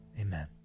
amen